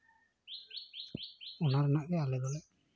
ᱚᱱᱟ ᱚᱲᱟᱜ ᱨᱮᱜᱮ ᱟᱞᱮ ᱫᱚᱞᱮ